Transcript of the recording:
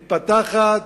מתפתחת,